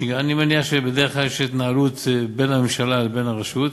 אני מניח שבדרך כלל יש התנהלות בין הממשלה לבין הרשות,